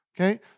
Okay